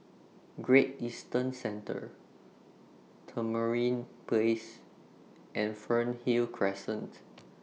Great Eastern Centre Tamarind Place and Fernhill Crescent